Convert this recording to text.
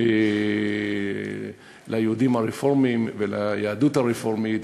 ליהודים הרפורמים וליהדות הרפורמית,